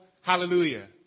hallelujah